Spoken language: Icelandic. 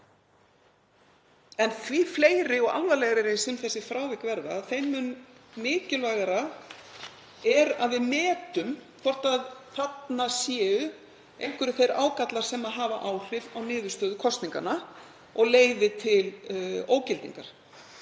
en því fleiri og alvarlegri sem frávikin verða þeim mun mikilvægara er að við metum hvort um sé að ræða einhverja ágalla sem hafa áhrif á niðurstöðu kosninganna og leiði til ógildingar.